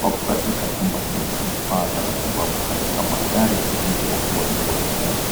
Wako katika chumba chenye vifaa vya matibabu katika mandhari tulivu ya wodi ya hospitali.